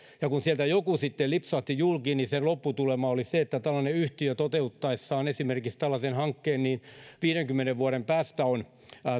ja kun sieltä joku sitten lipsahti julki niin sen lopputulema oli se että kun tällainen yhtiö toteuttaisi esimerkiksi tällaisen hankkeen niin viidenkymmenen vuoden päästä on